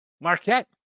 Marquette